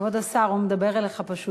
הוא מדבר אליך פשוט.